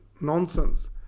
nonsense